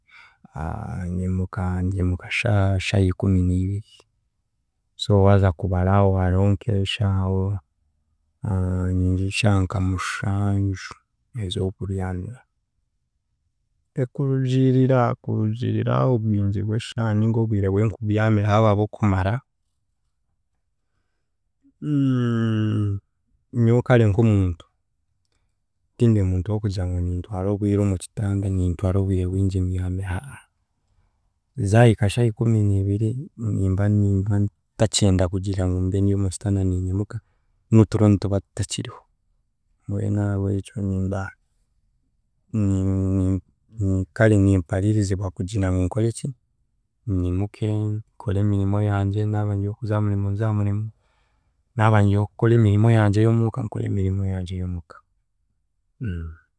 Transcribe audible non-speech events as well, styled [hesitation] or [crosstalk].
[hesitation] ndiimuka ndiimuka shaaha shaaha ikuminiibiri so waaza kubara aho hariho nk'eshaaho [hesitation] shaaha nka mushanju ez'okubyamira kurugiirira kurugiirira obwingi bw’eshaaha ninga obwire bunkubyamira yaabunkumara, [hesitation] nyowe kare nk'omuntu tindi muntu w’okugira ngu nintwara obwire omu kitanda nintwara obwire bwingi mbyami a- a- ha, zaahika shaaha ikuminiibiri nimba nimba ntakyenda kugira ngumbe ndi omu kitanda niinyimuka n’oturo nituba tutakiriho, mbwenu ahabw’ekyo nimba ni- ni- ni- kare nimpariirizibwa kugira ngu nkoreki, nyimuke nkore emirimo yangye naaba nd'owokuza aha murimo nz'aha murimo naaba nd'ow’okukora emirimo yangye y'omuka nkore emirimo yangye y'omuka.